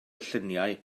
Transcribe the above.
lluniau